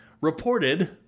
reported